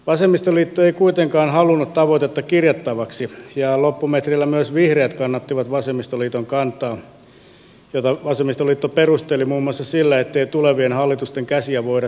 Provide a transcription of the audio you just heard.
vasemmistoliitto ei kuitenkaan halunnut tavoitetta kirjattavaksi ja loppumetreillä myös vihreät kannattivat vasemmistoliiton kantaa jota vasemmistoliitto perusteli muun muassa sillä ettei tulevien hallitusten käsiä voida sitoa